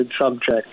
subject